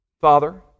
Father